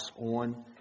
on